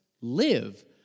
live